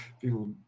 people